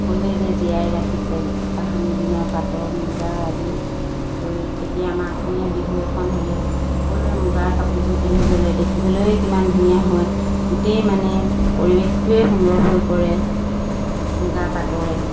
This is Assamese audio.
সকলোৱে যে জীয়াই ৰাখিছে তাহানি দিনৰ পাতৰ মুগাৰ আদি কৰি এতিয়া আমাৰ অসমীয়া বিহু এখন হ'লে সকলোৱে মুগাৰ কাপোৰযোৰ পিন্ধি গ'লে দেখিবলৈ কিমান ধুনীয়া হয় গোটেই মানে পৰিৱেশটোৱে সুন্দৰ হৈ পৰে মুগা পাতৰে